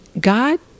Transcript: God